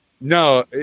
no